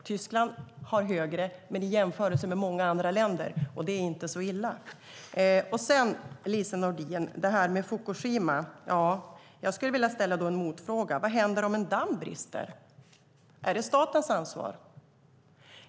Tyskland har högre, men i jämförelse med många andra länder ligger Sverige högt, och det är inte så illa. När det gäller Fukushima, Lise Nordin, vill jag ställa en motfråga: Vad händer om en damm brister? Är det statens ansvar?